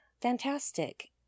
fantastic